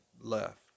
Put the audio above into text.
left